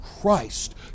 Christ